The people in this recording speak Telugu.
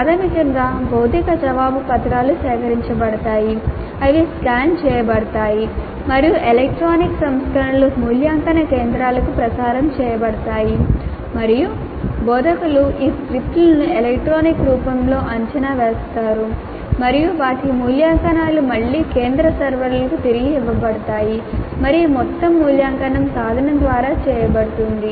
ప్రాథమికంగా భౌతిక జవాబు పత్రాలు సేకరించబడతాయి అవి స్కాన్ చేయబడతాయి మరియు ఎలక్ట్రానిక్ సంస్కరణలు మూల్యాంకన కేంద్రాలకు ప్రసారం చేయబడతాయి మరియు బోధకులు ఈ స్క్రిప్ట్లను ఎలక్ట్రానిక్ రూపంలో అంచనా వేస్తారు మరియు వాటి మూల్యాంకనాలు మళ్లీ కేంద్ర సర్వర్లకు తిరిగి ఇవ్వబడతాయి మరియు మొత్తం మూల్యాంకనం సాధనం ద్వారా చేయబడుతుంది